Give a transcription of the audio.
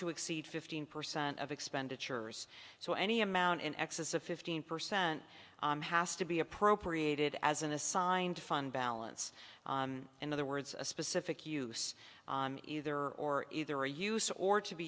to exceed fifteen percent of expenditures so any amount in excess of fifteen percent has to be appropriated as an assigned to fund balance in other words a specific use either or either a use or to be